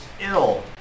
ill